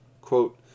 Quote